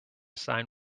sign